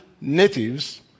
natives